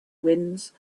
winds